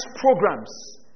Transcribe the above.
programs